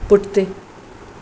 पुठिते